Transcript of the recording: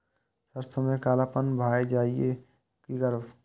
सरसों में कालापन भाय जाय इ कि करब?